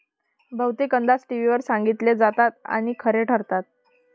बहुतेक अंदाज टीव्हीवर सांगितले जातात आणि खरे ठरतात